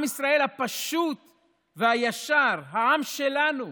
עם ישראל הפשוט והישר, העם שלנו.